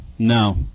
No